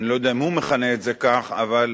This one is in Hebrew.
אני לא יודע אם הוא מכנה את זה כך, אבל